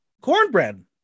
Cornbread